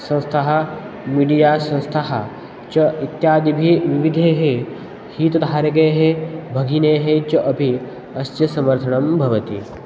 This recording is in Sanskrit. संस्थाः मीडिया संस्थाः च इत्यादिभिः विविधे हीतधारगेः भगिनेः च अपि अस्य समर्थनं भवति